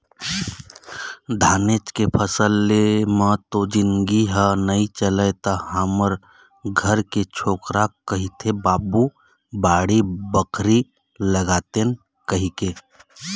धानेच के फसल ले म तो जिनगी ह नइ चलय त हमर घर के छोकरा कहिथे बाबू बाड़ी बखरी लगातेन कहिके